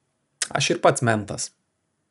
aš ir pats mentas